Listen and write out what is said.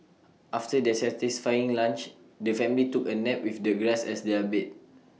after their satisfying lunch the family took A nap with the grass as their bed